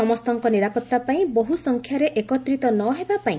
ସମସ୍ତଙ୍କ ନିରାପତ୍ତା ପାଇଁ ବହୁ ସଂଖ୍ୟାରେ ଏକତ୍ରିତ ନ ହେବାପାଇଁ